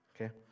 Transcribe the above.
Okay